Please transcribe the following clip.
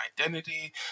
identity